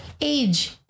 age